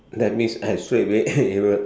that means I straightaway able